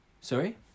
sorry